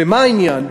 ומה העניין?